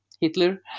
Hitler